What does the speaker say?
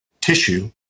tissue